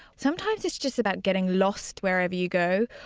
sometimes, it's just about getting lost wherever you go,